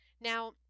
now